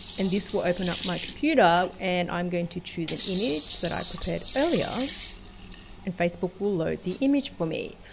and this will open up my computer and i'm going to choose an image that i prepared earlier and facebook will load the image for me.